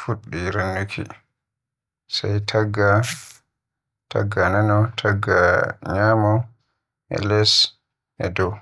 fuddi rannuki. Sai tagga, tagga nano, tagga ñyama, e Les e dow.